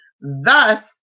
Thus